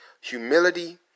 humility